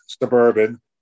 Suburban